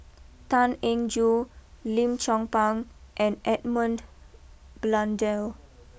Tan Eng Joo Lim Chong Pang and Edmund Blundell